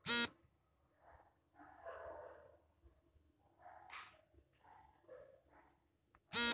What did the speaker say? United ಸ್ಟೇಟ್ಸ್ನ ಅನೇಕ alligator ಫಾರ್ಮ್ಗಳು ಸುಸ್ ಸ್ಕ್ರೋಫನಿಂದ ಆಸ್ತಿ ಹಾನಿಯನ್ನು ಅನ್ಭವ್ಸಿದೆ